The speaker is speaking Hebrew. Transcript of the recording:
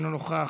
אינו נוכח,